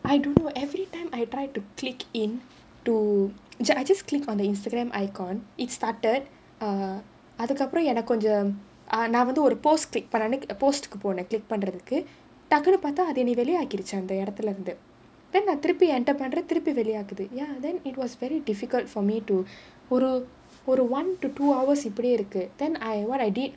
I don't know every time I try to click in to I ju~ I just click on the Instagram icon it started err அதுக்கு அப்புறம் எனக்கு கொஞ்சம் நான் வந்து ஒரு:athukku appuram enakku konjam naan vanthu oru post click பண்ணேன்:pannaen post click பண்றதுக்கு டக்குனு பாத்தா அது என்ன வெளி ஆகிடுச்சு அந்த இடத்துலேர்ந்து அப்போ நான் திருப்பி:pandradhukku takkunu paathaa athu enna velli aagiduchu antha idathulerndhu appo naan thiruppi enter பண்றேன் திருப்பி வெளி ஆகுது:pandraen thiruppi veli aaguthu ya then it was very difficult for me to for the for the one to two hours இப்டியே இருக்கு:ipdiyae irukku then I what I did